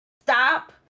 stop